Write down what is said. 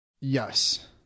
Yes